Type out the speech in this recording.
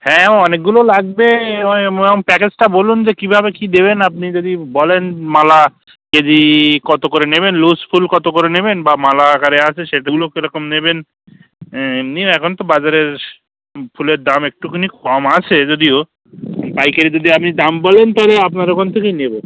হ্যাঁ অনেকগুলো লাগবে ওই প্যাকেজটা বলুন যে কীভাবে কী দেবেন আপনি যদি বলেন মালা কেজি কত করে নেবেন লুস ফুল কত করে নেবেন বা মালা আকারে আছে সেগুলো কীরকম নেবেন এমনি এখন তো বাজারে সো ফুলের দাম একটুখানি কম আছে যদিও পাইকারি যদি আপনি দাম বলেন তাহলে আপনার ওখান থেকেই নেব